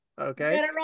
okay